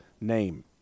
name